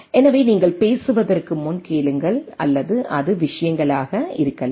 எனவே நீங்கள் பேசுவதற்கு முன் கேளுங்கள் அல்லது அது விஷயங்களாக இருக்கலாம்